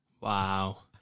Wow